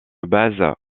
base